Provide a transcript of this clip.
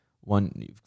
one